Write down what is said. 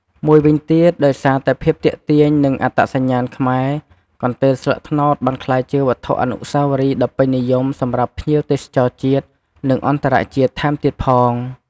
មួយវិញទៀត ដោយសារតែភាពទាក់ទាញ និងអត្តសញ្ញាណខ្មែរ កន្ទេលស្លឹកត្នោតបានក្លាយជាវត្ថុអនុស្សាវរីយ៍ដ៏ពេញនិយមសម្រាប់ភ្ញៀវទេសចរជាតិ និងអន្តរជាតិថែមទៀតផង។